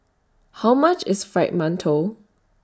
How much IS Fried mantou